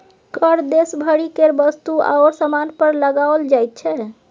कर देश भरि केर वस्तु आओर सामान पर लगाओल जाइत छै